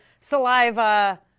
saliva